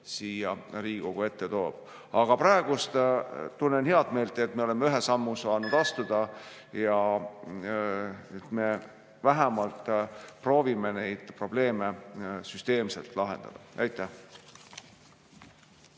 siia Riigikogu ette toob. Aga praegu tunnen head meelt, et me oleme ühe sammu saanud astuda ja et me vähemalt proovime neid probleeme süsteemselt lahendada. Aitäh!